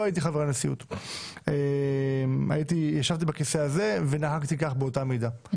הייתי חבר הנשיאות אלא ישבתי בכיסא הזה ונהגתי כך באותה מידה.